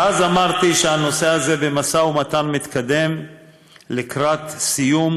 ואז אמרתי ש"הנושא הזה במשא ומתן מתקדם לקראת סיום,